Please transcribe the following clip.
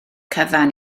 cyfan